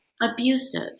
abusive